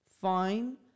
fine